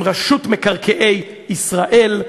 עם רשות מקרקעי ישראל,